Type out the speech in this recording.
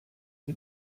wir